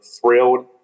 thrilled